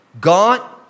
God